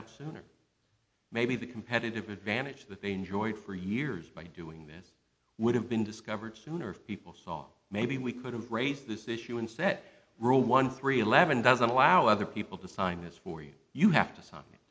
out sooner maybe the competitive advantage that they enjoyed for years by doing this would have been discovered sooner if people saw maybe we could have raised this issue and set rule one three eleven doesn't allow other people to sign this for you you have to s